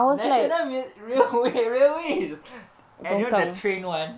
national rail~ railway railway is eh you know the train [one]